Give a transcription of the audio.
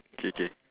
K K